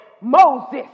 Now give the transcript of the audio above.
Moses